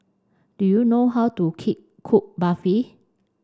do you know how to key cook Barfi